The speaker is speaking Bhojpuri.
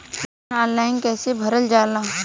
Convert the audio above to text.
लोन ऑनलाइन कइसे भरल जाला?